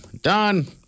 Done